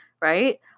right